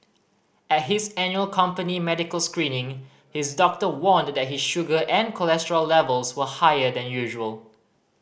at his annual company medical screening his doctor warned that his sugar and cholesterol levels were higher than usual